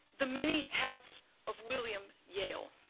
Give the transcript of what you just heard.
the many hats of william yale.